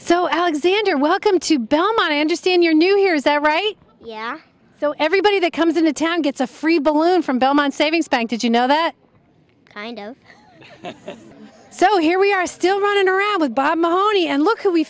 so alexander welcome to belmont i understand you're new here is that right yeah so everybody that comes into town gets a free balloon from belmont savings bank did you know that kind of so here we are still running around with bob marley and look who we